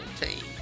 team